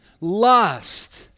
lust